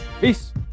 Peace